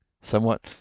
somewhat